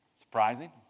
surprising